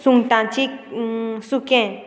सुंगटांची सुकें